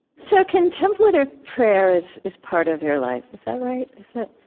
so contemplative prayer is is part of your life. is that right? is it?